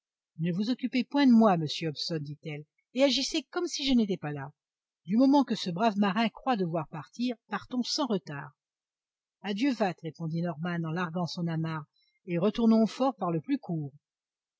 ne vous occupez point de moi monsieur hobson dit-elle et agissez comme si je n'étais pas là du moment que ce brave marin croit devoir partir partons sans retard adieu vat répondit norman en larguant son amarre et retournons au fort par le plus court